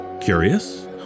Curious